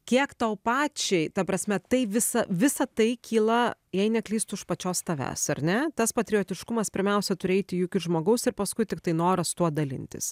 kiek tau pačiai ta prasme tai visa visa tai kyla jei neklystu iš pačios tavęs ar ne tas patriotiškumas pirmiausia turi eiti juk iš žmogaus ir paskui tiktai noras tuo dalintis